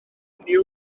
menyw